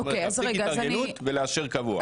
זאת אומרת להבטיח התארגנות ולאשר קבוע.